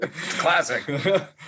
classic